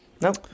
Nope